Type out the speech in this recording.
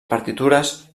partitures